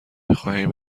میخواهیم